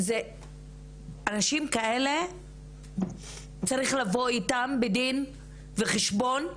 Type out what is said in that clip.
אנשים כאלה - צריך לבוא איתם בדין וחשבון,